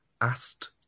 asked